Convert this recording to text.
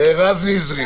רז נזרי,